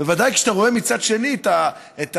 בוודאי כשאתה רואה מצד שני את התוספות